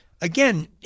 again